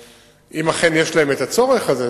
אם אכן יש להם הצורך הזה,